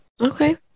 okay